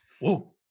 Whoa